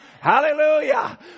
Hallelujah